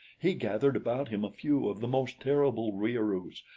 he gathered about him a few of the most terrible wieroos,